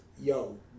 yo